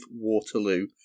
Waterloo